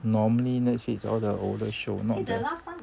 normally netflix all the older show not the